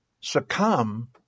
succumb